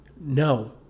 no